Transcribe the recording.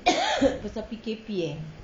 pasal P_K_P eh